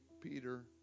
Peter